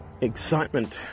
excitement